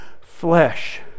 flesh